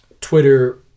Twitter